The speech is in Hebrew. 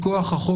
(תיקון מס' 4 והוראת שעה)